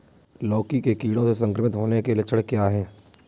लौकी के कीड़ों से संक्रमित होने के लक्षण क्या हैं?